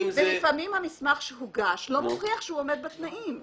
לפעמים המסמך שהוגש לא עומד בתנאים.